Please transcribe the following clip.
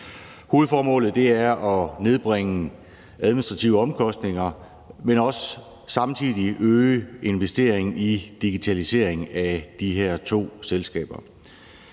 Hovedformålet er at nedbringe administrative omkostninger, men samtidig at øge investeringen i digitaliseringen af de her to selskaber.